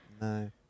no